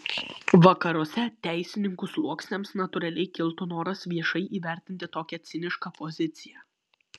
vakaruose teisininkų sluoksniams natūraliai kiltų noras viešai įvertinti tokią cinišką poziciją